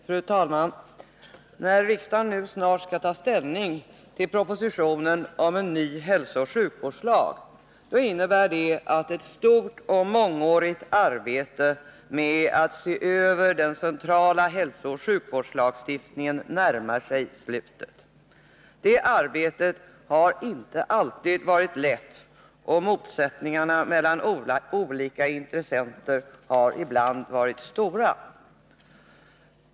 Fru talman! När riksdagen snart tar ställning till proposition 1981/82:87 om en ny hälsooch sjukvårdslag, m.m., innebär det att ett omfattande och mångårigt arbete med att se över den centrala hälsooch sjukvårdslagstiftningen närmar sig slutet. Detta arbete har inte alltid varit lätt, och motsättningarna mellan olika intressenter har ibland varit stora.